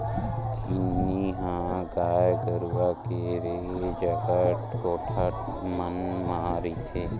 किन्नी ह गाय गरुवा के रेहे जगा कोठा मन म रहिथे